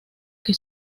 que